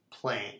playing